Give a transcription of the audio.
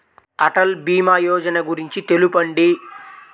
అటల్ భీమా యోజన గురించి తెలుపండి?